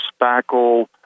spackle